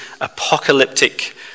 apocalyptic